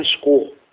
school